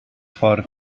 ffordd